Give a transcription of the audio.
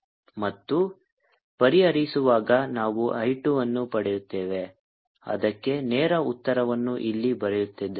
10×3I13RI203×10I13I220 V ಮತ್ತು ಪರಿಹರಿಸುವಾಗ ನಾವು I 2 ಅನ್ನು ಪಡೆಯುತ್ತೇವೆ ಅದಕ್ಕೆ ನೇರ ಉತ್ತರವನ್ನು ಇಲ್ಲಿ ಬರೆಯುತ್ತಿದ್ದೇನೆ